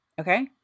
Okay